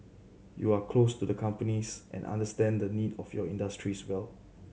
you are close to the companies and understand the need of your industries well